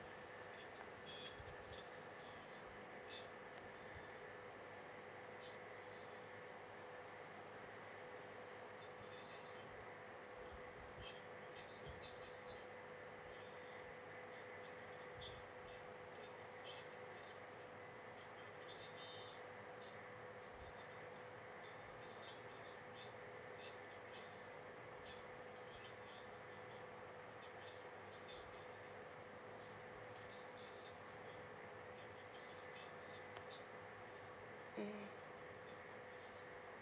mm